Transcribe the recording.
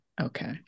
Okay